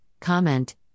comment